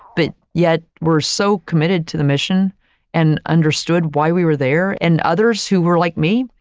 but yet, were so committed to the mission and understood why we were there and others who were like me,